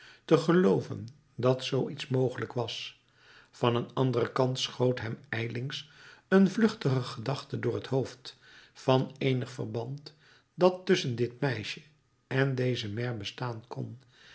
te gelooven dat zoo iets mogelijk was van een anderen kant schoot hem ijlings een vluchtige gedachte door t hoofd van eenig verband dat tusschen dit meisje en dezen maire bestaan kon